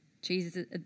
Jesus